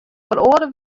feroare